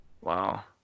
Wow